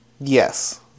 Yes